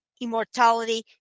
immortality